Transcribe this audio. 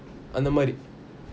அந்த மாறி:antha maari